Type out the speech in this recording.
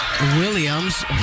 Williams